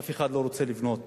אף אחד לא רוצה לבנות